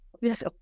Yes